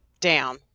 down